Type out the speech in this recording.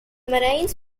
marines